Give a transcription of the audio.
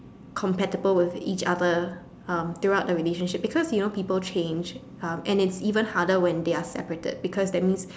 compatible with each other um throughout the relationship because you know people change um and it's even harder when they are separated because that means